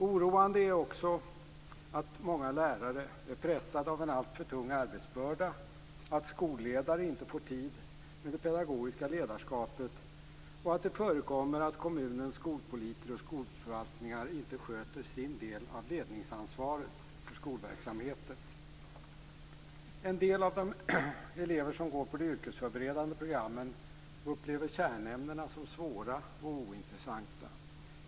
Oroande är också att många lärare är pressade av en alltför tung arbetsbörda, att skolledare inte får tid med det pedagogiska ledarskapet och att det förekommer att kommunens skolpolitiker och skolförvaltningar inte sköter sin del av ledningsansvaret för skolverksamheten. En del av de elever som går på de yrkesförberedande programmen upplever kärnämnena som svåra och ointressanta.